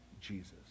Jesus